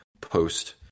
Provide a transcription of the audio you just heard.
post